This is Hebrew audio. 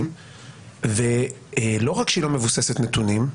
היא בוודאי לא מבוססת נתונים,